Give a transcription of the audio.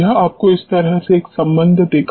यह आपको इस तरह से एक संबंध देगा